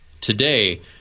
Today